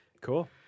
Cool